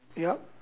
yup